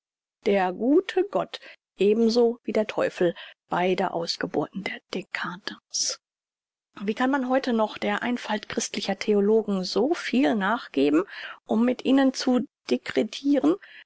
der gute gott ebenso wie der teufel beide ausgeburten der dcadence wie kann man heute noch der einfalt christlicher theologen so viel nachgeben um mit ihnen zu